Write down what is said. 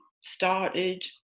started